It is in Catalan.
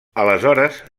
aleshores